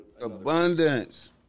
Abundance